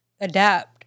adapt